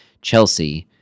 Chelsea